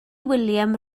william